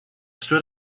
stood